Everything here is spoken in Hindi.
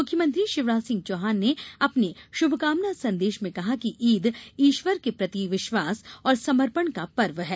मुख्यमंत्री शिवराज सिंह चौहान ने अपने शुभकामना संदेश में कहा कि ईद ईश्वर के प्रति विश्वास और समर्पण का पर्व है